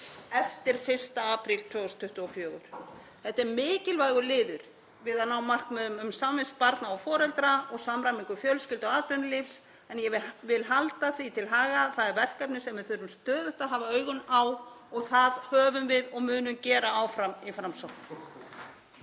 eftir 1. apríl 2024. Þetta er mikilvægur liður við að ná markmiðum um samvist barna og foreldra og samræmingu fjölskyldu- og atvinnulífs. Ég vil halda því til haga að það er verkefni sem við þurfum stöðugt að hafa augun á og það höfum við og munum gera áfram í Framsókn.